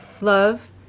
love